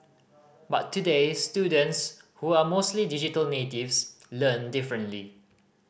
but today students who are mostly digital natives learn differently